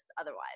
otherwise